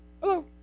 Hello